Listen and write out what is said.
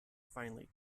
finally